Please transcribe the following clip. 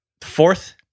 fourth